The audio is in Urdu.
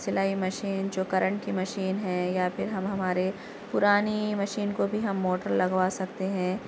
سلائی مشین جو کرنٹ کی مشین ہے یا پھر ہم ہمارے پرانی مشین کو بھی ہم موٹر لگوا سکتے ہیں